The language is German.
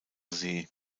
see